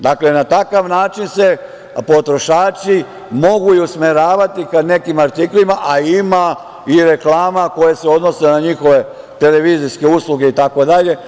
Dakle, na takav način se potrošači mogu i usmeravati ka nekim artiklima, a ima i reklama koje se odnose na njihove televizijske usluge, itd.